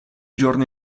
giorno